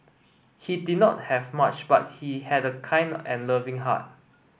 he did not have much but he had a kind and loving heart